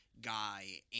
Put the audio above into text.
guy